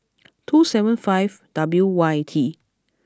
two seven five W Y T